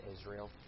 Israel